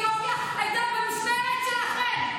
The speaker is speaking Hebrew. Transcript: האיפה ואיפה כלפי יוצאי אתיופיה הייתה במשמרת שלכם.